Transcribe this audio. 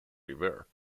river